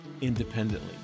independently